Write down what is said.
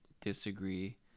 disagree